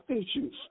issues